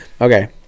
Okay